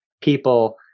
people